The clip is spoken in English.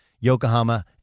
Yokohama